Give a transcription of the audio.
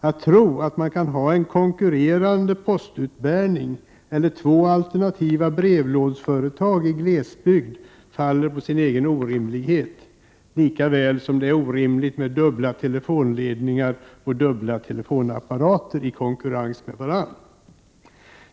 Att tro att man kan ha en konkurrerande postutbärning eller två alternativa brevlådsföretag i glesbygd faller på sin egen orimlighet, lika väl som det är orimligt med dubbla telefonledningar och två telefonföretag i konkurrens med varandra.